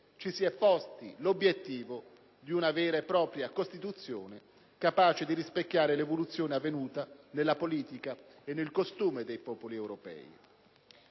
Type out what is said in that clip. ci si è posti l'obiettivo di una vera e propria Costituzione capace di rispecchiare l'evoluzione avvenuta nella politica e nel costume dei popoli europei.